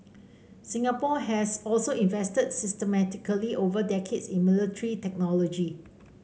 Singapore has also invested systematically over decades in military technology